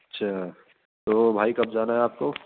اچھا تو بھائی کب جانا ہے آپ کو